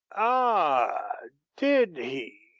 ah did he?